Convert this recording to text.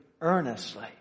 earnestly